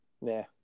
nah